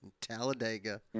talladega